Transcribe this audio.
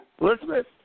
Elizabeth